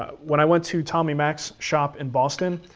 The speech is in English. ah when i went to tommy mack's shop in boston,